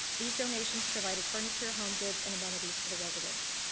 these donations provided furniture, home goods, and amenities for the residents.